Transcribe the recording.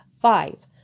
Five